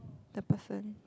the person